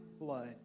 blood